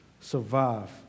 survive